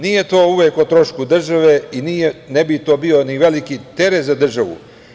Nije to uvek o trošku države i ne bi to bio ni veliki teret za državu.